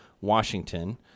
Washington